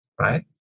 right